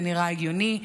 זה נראה הגיוני,